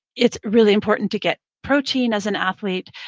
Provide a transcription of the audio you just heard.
it's really important to get protein as an athlete,